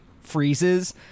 freezes